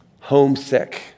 homesick